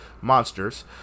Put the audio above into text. monsters